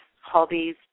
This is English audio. hobbies